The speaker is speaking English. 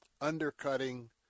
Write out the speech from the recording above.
undercutting